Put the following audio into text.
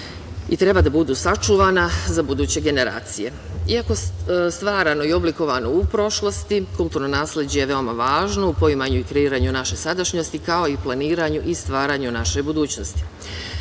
i treba da budu sačuvana za buduće generacija. Iako stvarano i oblikovano u prošlosti, kulturno nasleđe je veoma važno u poimanju i kreiranju naše sadašnjosti, kao i planiranju i stvaranju naše